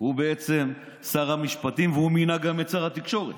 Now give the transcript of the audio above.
הוא בעצם שר המשפטים והוא מינה גם את שר התקשורת.